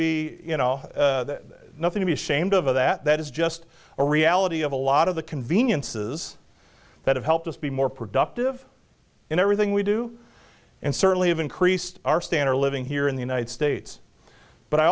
be you know nothing to be ashamed of that is just a reality of a lot of the conveniences that have helped us be more productive in everything we do and certainly have increased our standard of living here in the united states but i